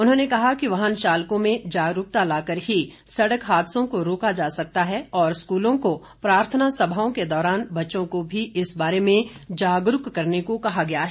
उन्होंने कहा कि वाहन चालकों में जागरूकता लाकर ही सड़क हादसों को रोका जा सकता है और स्कूलों को प्रार्थना सभाओं के दौरान बच्चों को भी इस बारे में जागरूक करने को कहा गया है